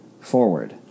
forward